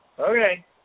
Okay